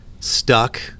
stuck